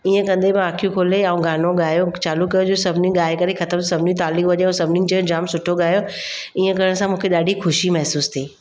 ईअं कंदे मां अखियूं खोले ऐं गानो ॻायो चालू कयो जो सभिनी ॻाए करे ख़तमु सभिनी ताली वॼायूं ऐं सभिनी चयो जाम सुठो ॻायो ईअं करण सां मूंखे ॾाढी ख़ुशी महिसूस थी